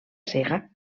cega